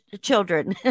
children